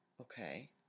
Okay